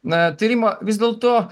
na tai rima vis dėlto